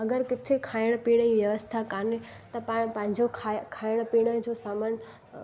अगरि किथे खाइण पीअण ई व्यवस्था कोन्हे त पाण पंहिंजो खा खाइण पीअण जो सामान